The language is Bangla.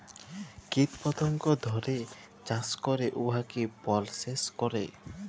কীট পতঙ্গ ধ্যইরে চাষ ক্যইরে উয়াকে পরসেস ক্যরে